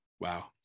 wow